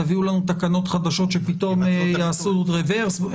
תביאו לנו תקנות חדשות שפתאום יעשו עוד רוורס?